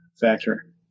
factor